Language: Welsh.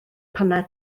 paned